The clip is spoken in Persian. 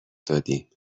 دادیم